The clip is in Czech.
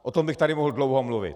O tom bych tady mohl dlouho mluvit.